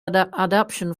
adaption